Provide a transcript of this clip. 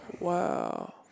Wow